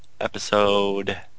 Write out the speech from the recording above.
episode